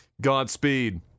Godspeed